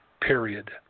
period